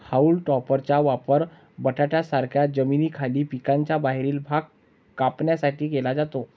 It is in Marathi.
हाऊल टॉपरचा वापर बटाट्यांसारख्या जमिनीखालील पिकांचा बाहेरील भाग कापण्यासाठी केला जातो